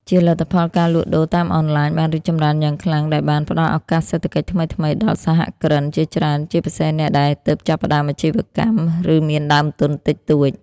ជាលទ្ធផល ការលក់ដូរតាមអនឡាញបានរីកចម្រើនយ៉ាងខ្លាំង ដែលបាន ផ្តល់ឱកាសសេដ្ឋកិច្ចថ្មីៗ ដល់សហគ្រិនជាច្រើន ជាពិសេសអ្នកដែលទើបចាប់ផ្តើមអាជីវកម្ម ឬមានដើមទុនតិចតួច។